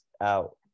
out